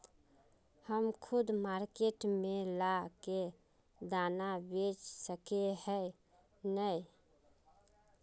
हम खुद मार्केट में ला के दाना बेच सके है नय?